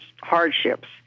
hardships